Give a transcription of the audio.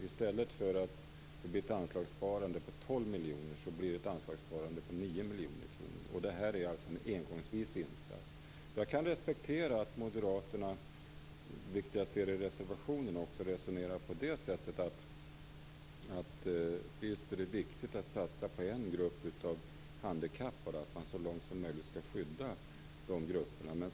I stället för att det blir ett anslagssparande på 12 miljoner blir det ett anslagssparande på 9 miljoner kronor, och detta är alltså en engångsinsats. Jag kan respektera att moderaterna i sin reservation resonerar på det sätt som de gör, att det är viktigt att satsa på en grupp av handikappade och att man så långt möjligt skall skydda dessa grupper.